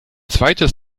zweites